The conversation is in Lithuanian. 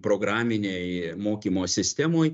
programinėj mokymo sistemoj